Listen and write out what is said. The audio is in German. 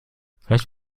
vielleicht